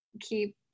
keep